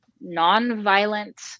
non-violent